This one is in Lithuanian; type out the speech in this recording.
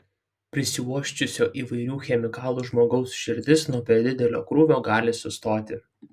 prisiuosčiusio įvairių chemikalų žmogaus širdis nuo per didelio krūvio gali sustoti